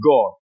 God